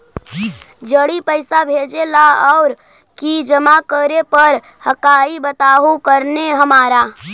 जड़ी पैसा भेजे ला और की जमा करे पर हक्काई बताहु करने हमारा?